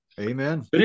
Amen